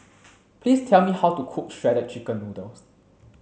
please tell me how to cook shredded chicken noodles